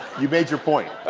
you made your point.